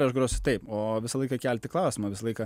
aš grosiu taip o visą laiką kelti klausimą visą laiką